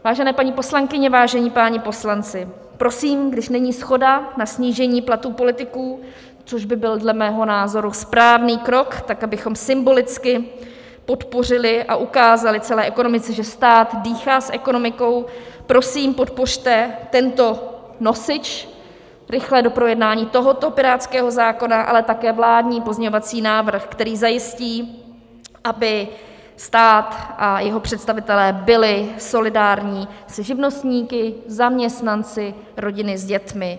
Vážené paní poslankyně, vážení páni poslanci, prosím, když není shoda na snížení platů politiků, což by byl dle mého názoru správný krok, tak abychom symbolicky podpořili a ukázali celé ekonomice, že stát dýchá s ekonomikou, prosím, podpořte tento nosič rychle do projednání tohoto pirátského zákona, ale také vládní pozměňovací návrh, který zajistí, aby stát a jeho představitelé byli solidární se živnostníky, zaměstnanci, rodinami s dětmi.